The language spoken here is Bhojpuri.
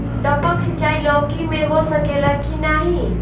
टपक सिंचाई लौकी में हो सकेला की नाही?